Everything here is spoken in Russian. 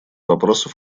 вопросов